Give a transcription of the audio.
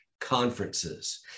conferences